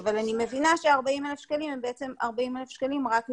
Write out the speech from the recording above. אבל אני מבינה שה-40,000 שקלים הם בעצם 40,000 שקלים רק לפעילות.